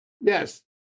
Yes